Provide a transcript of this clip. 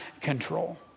control